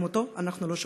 גם אותו אנחנו לא שוכחים.